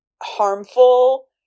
harmful